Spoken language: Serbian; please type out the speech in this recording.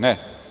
Ne.